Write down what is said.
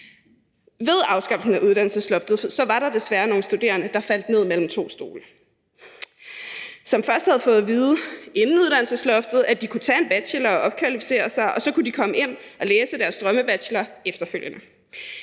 Ved afskaffelsen af uddannelsesloftet var der desværre nogle studerende, der faldt ned mellem to stole. De havde først fået at vide inden uddannelsesloftet, at de kunne tage en bachelor og opkvalificere sig, og så kunne de komme ind og læse deres drømmebachelor efterfølgende.